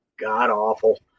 god-awful